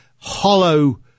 hollow